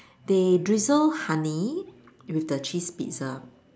they drizzle honey with the cheese Pizza